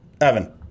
Evan